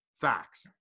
Facts